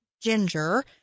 Ginger